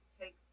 take